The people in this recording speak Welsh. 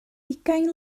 ugain